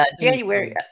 January